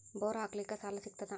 Bore ಹಾಕಲಿಕ್ಕ ಸಾಲ ಸಿಗತದ?